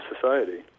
society